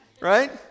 Right